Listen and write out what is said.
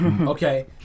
Okay